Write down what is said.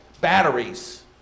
batteries